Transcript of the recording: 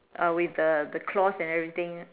uh with the the claws and everything